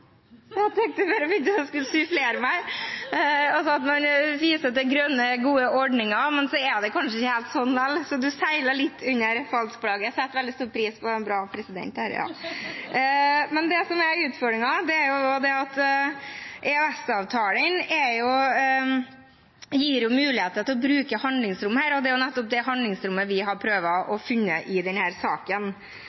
jeg si, grønn – jeg tenkte bare presidenten skulle begynne å sufflere meg – at man viser til grønne, gode ordninger, men så er det kanskje ikke helt sånn likevel, så man seiler litt under falskt flagg. Jeg setter veldig stor pris på en bra president her. Det som er utfordringen, er at EØS-avtalen gir muligheter til å bruke handlingsrommet her, og det er nettopp det handlingsrommet vi har